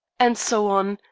and so on,